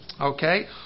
okay